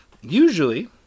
Usually